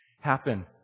happen